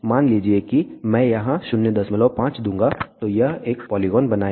मान लीजिए कि मैं यहां 05 दूंगा तो यह एक पोलीगोन बनाएगा